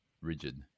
rigid